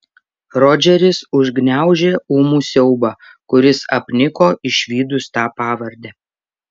rodžeris užgniaužė ūmų siaubą kuris apniko išvydus tą pavardę